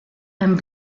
and